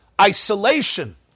isolation